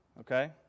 okay